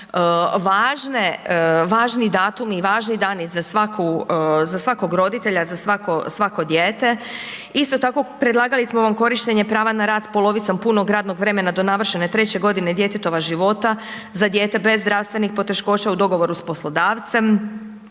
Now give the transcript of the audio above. važni datumi i važni dani za svaku, za svakog roditelja za svako, svako dijete, isto tako predlagali smo vam korištenje prava na rad s polovicom punog radnog vremena do navršene treće godine djetetova djece za dijete bez zdravstvenih poteškoća u dogovoru s poslodavcem,